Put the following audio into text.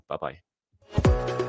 Bye-bye